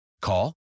Call